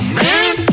man